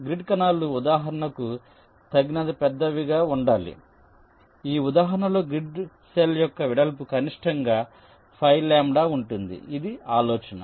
grid కణాలు ఉదాహరణకు తగినంత పెద్దవిగా ఉండాలి ఈ ఉదాహరణలో గ్రిడ్ సెల్ యొక్క వెడల్పు కనిష్టంగా 5 λ ఉంటుంది ఇది ఆలోచన